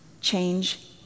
change